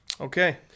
Okay